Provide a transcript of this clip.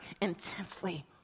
intensely